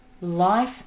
life